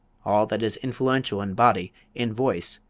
all that is influential in body, in voice,